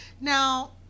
now